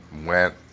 went